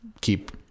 keep